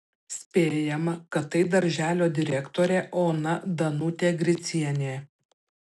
spėjama kad tai darželio direktorė ona danutė gricienė